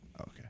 Okay